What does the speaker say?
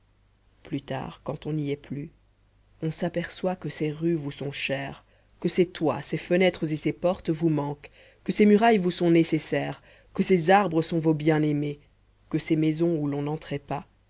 plus tard quand on n'y est plus on s'aperçoit que ces rues vous sont chères que ces toits ces fenêtres et ces portes vous manquent que ces murailles vous sont nécessaires que ces arbres sont vos bien-aimés que ces maisons où l'on n'entrait pas